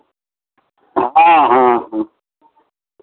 हँ हँ हँ